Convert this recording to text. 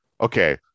Okay